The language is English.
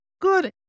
good